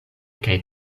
kaj